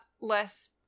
less